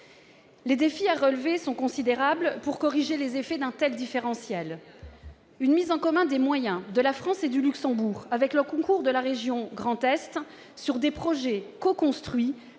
Les défis à relever sont considérables pour corriger les effets d'un tel différentiel. Une mise en commun des moyens de la France et du Luxembourg, avec le concours de la région Grand Est, sur des projets coconstruits